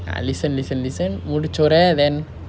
I listen listen listen முடிச்சோடனே:mudichodane then